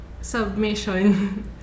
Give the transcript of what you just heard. submission